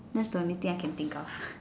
that's the only thing I can think of